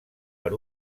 per